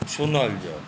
सुनल जाउ